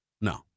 No